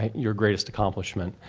your greatest accomplishment.